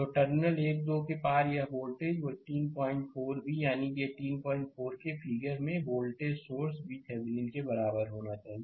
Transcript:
तो टर्मिनल 1 2 के पार यह वोल्टेज 184 b यानी 184 के फिगर में वोल्टेज सोर्स VThevenin के बराबर होना चाहिए